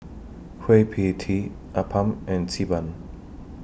Kueh PIE Tee Appam and Xi Ban